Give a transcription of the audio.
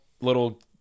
little